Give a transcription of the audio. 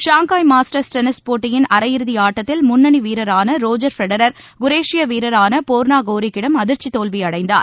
Shanghai Masters tennis போட்டியின் அரையிறுதிஆட்டத்தில் முன்னணிவீரரானரோஜர் ஃபெடரர் குரேஷியாவீரரானபோர்னாகோரிக் கிடம் அதிர்ச்சித் தோல்விஅடைந்தார்